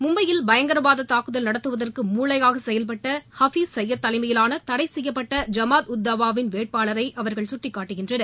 மும்பையில் பயங்கரவாத தாக்குதல் நடத்துவதற்கு மூளையாக செயல்பட்ட ஹபிஸ் சையது தலைமையிலாள தடைசெய்யப்பட்ட ஜம்மாத் உத் தாவாவின் வேட்பாளரை அவர்கள் கட்டக்காட்டுகின்றனர்